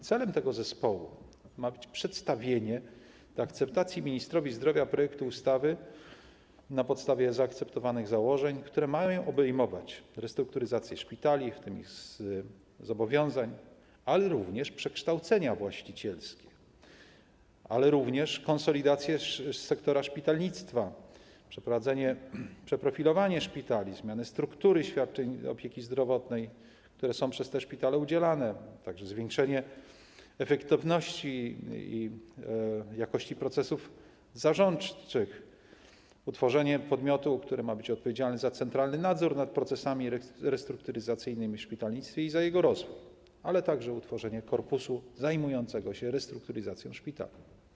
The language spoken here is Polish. Celem tego zespołu ma być przedstawienie ministrowi zdrowia do akceptacji projektu ustawy na podstawie zaakceptowanych założeń, które mają obejmować restrukturyzację szpitali, w tym zobowiązań, ale również przekształcenia właścicielskie, konsolidację sektora szpitalnictwa, przeprofilowanie szpitali, zmianę struktury świadczeń opieki zdrowotnej, które są przez te szpitale udzielane, zwiększenie efektywności i jakości procesów zarządczych, utworzenie podmiotu, który ma być odpowiedzialny za centralny nadzór nad procesami restrukturyzacyjnymi w szpitalnictwie i za jego rozwój, a także utworzenie korpusu zajmującego się restrukturyzacją szpitali.